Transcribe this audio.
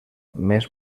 més